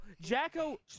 Jacko